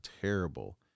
terrible